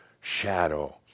shadow